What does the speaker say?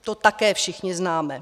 To také všichni známe.